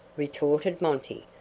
retorted monty,